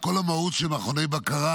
של מכוני בקרה